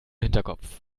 hinterkopf